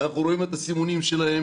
אנחנו רואים את הסימונים שלהם.